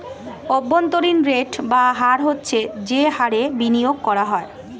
অভ্যন্তরীণ রেট বা হার হচ্ছে যে হারে বিনিয়োগ করা হয়